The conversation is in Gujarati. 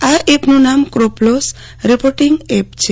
આ એપનું નામ ક્રોપલોસ રિપોર્ટીંગ એપ છે